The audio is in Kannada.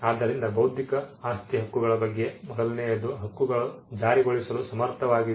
ಆದ್ದರಿಂದ ಬೌದ್ಧಿಕ ಆಸ್ತಿ ಹಕ್ಕುಗಳ ಬಗ್ಗೆ ಮೊದಲನೆಯದು ಹಕ್ಕುಗಳು ಜಾರಿಗೊಳಿಸಲು ಸಮರ್ಥವಾಗಿವೆ